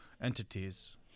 entities